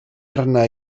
arna